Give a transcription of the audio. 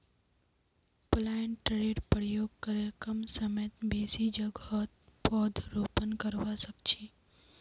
प्लांटरेर प्रयोग करे कम समयत बेसी जोगहत पौधरोपण करवा सख छी